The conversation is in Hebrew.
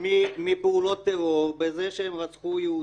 מפעולות טרור בזה שהם רצחו יהודים,